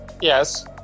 Yes